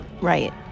Right